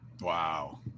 Wow